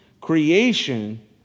creation